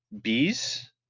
bees